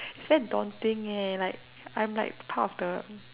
its just daunting eh like I am like part of the